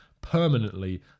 permanently